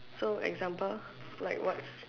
so example like what's